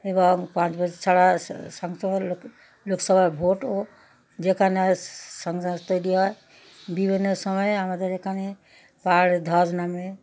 এবং পাঁচ বছর ছাড়া স সাংসদ লোক লোকসভার ভোটও যেখানে হয় সাংসদ তৈরি হয় বিভিন্ন সময়ে আমাদের এখানে পাহাড়ে ধস নামে